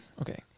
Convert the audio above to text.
okay